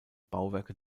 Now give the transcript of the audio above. bauwerke